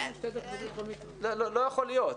זה לא יכול להיות.